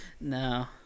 No